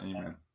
Amen